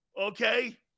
Okay